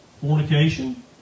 fornication